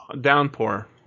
Downpour